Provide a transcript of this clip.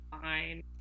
fine